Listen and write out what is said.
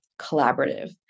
collaborative